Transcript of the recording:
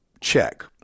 check